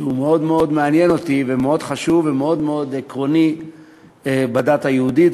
שהוא מאוד מאוד מעניין אותי ומאוד חשוב ומאוד מאוד עקרוני בדת היהודית,